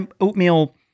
oatmeal